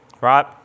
right